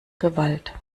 gewalt